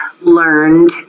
learned